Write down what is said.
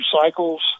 cycles